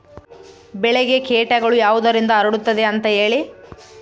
ಬೆಳೆಗೆ ಕೇಟಗಳು ಯಾವುದರಿಂದ ಹರಡುತ್ತದೆ ಅಂತಾ ಹೇಳಿ?